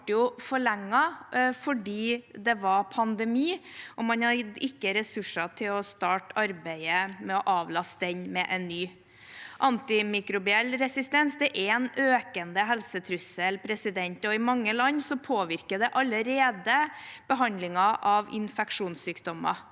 ble forlenget fordi det var pandemi, og man hadde ikke ressurser til å starte arbeidet med å avlaste den med en ny. Antimikrobiell resistens er en økende helsetrussel, og i mange land påvirker det allerede behandlingen av infeksjonssykdommer.